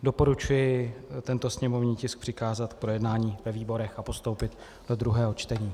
Doporučuji tento sněmovní tisk přikázat k projednání ve výborech a postoupit do druhého čtení.